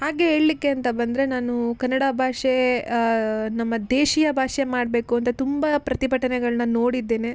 ಹಾಗೆ ಹೇಳಲಿಕ್ಕೆ ಅಂತ ಬಂದರೆ ನಾನು ಕನ್ನಡ ಭಾಷೆ ನಮ್ಮ ದೇಶೀಯ ಭಾಷೆ ಮಾಡಬೇಕು ಅಂತ ತುಂಬ ಪ್ರತಿಭಟನೆಗಳನ್ನ ನೋಡಿದ್ದೇನೆ